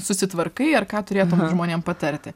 susitvarkai ar ką turėtum žmonėm patarti